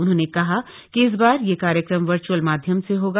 उन्होंने कहा कि इस बार यह कार्यक्रम वर्च्अल माध्यम से होगा